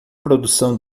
produção